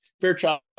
Fairchild